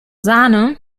sahne